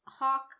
hawk